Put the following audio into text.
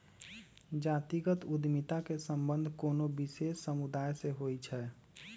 जातिगत उद्यमिता के संबंध कोनो विशेष समुदाय से होइ छै